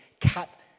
cut